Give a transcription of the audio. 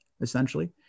essentially